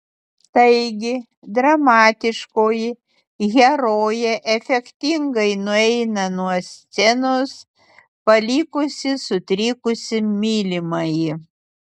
taigi dramatiškoji herojė efektingai nueina nuo scenos palikusi sutrikusį mylimąjį